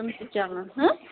تِم تہِ چَلان